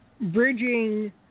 bridging